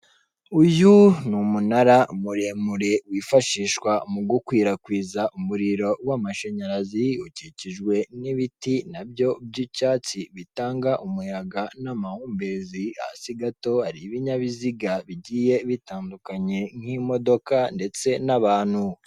Uyu ni umunara muremure wifashishwa mu gukwirakwiza umuriro w'amashanyarazi, ukikijwe n'ibiti na byo by'icyatsi bitanga umuyaga n'amahumbezi, hasi gato hari ibinyabiziga bigiye bitandukanye nk'imodoka ndetse n'abantu.